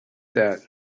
that